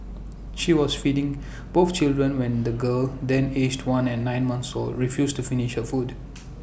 she was feeding both children when the girl then aged one and nine months or refused to finish her food